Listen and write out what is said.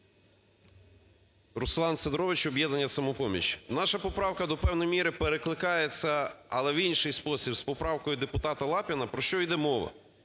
Руслан Сидорович, "Об'єднання "Самопоміч". Наша поправка до певної міри перекликається, але в інший спосіб, з поправкою депутата Лапіна. Про що йде мова?